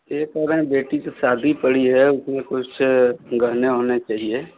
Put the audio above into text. ये कह रहे है बेटी तो शादी पड़ी है उसमें कुछ गहने ओहने चाहिए